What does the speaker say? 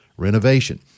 renovation